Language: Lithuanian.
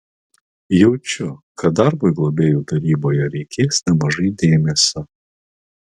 jaučiu kad darbui globėjų taryboje reikės nemažai dėmesio